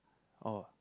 or